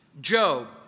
Job